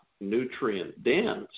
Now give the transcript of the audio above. nutrient-dense